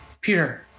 Peter